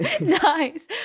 Nice